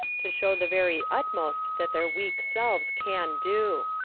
to show the very utmost that their weak selves can do.